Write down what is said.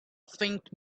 faint